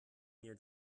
mir